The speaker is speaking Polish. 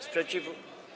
Sprzeciw.